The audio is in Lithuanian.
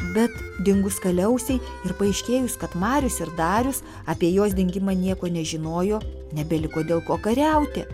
bet dingus kaliausei ir paaiškėjus kad marius ir darius apie jos dingimą nieko nežinojo nebeliko dėl ko kariauti